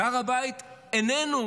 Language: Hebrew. והר הבית איננו